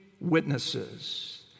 witnesses